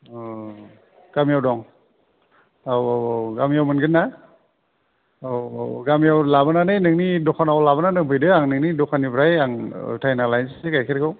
उम गामियाव दं औ औ औ गामिआव मोनगोन ना औ औ औ गामियाव लाबोनानै नोंनि दखानाव लाबोनानै दोनफैदो आं नोंनि दखाननिफ्राय आं उथायना लायनोसै गायखेरखौ